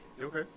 Okay